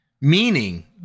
Meaning